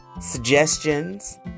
suggestions